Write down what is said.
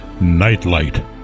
Nightlight